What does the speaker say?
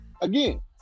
Again